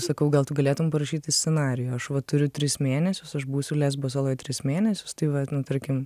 sakau gal tu galėtum parašyti scenarijų aš va turiu tris mėnesius aš būsiu lesbo saloj tris mėnesius tai vat nu tarkim